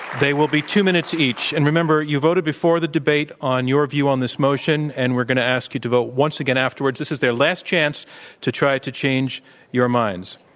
they will be two minutes each, and remember, you voted before the debate on your view on this motion, and we're going to ask you to vote once again afterwards. this is their last chance to try to change your minds.